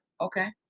Okay